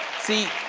see,